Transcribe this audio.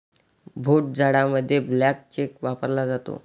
भोट जाडामध्ये blank cheque वापरला जातो